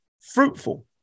fruitful